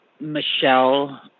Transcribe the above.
Michelle